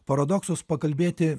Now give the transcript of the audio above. paradoksus pakalbėti